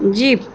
jeep